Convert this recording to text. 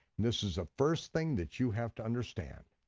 this is the first thing that you have to understand,